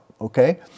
okay